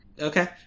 okay